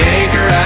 anchor